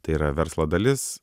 tai yra verslo dalis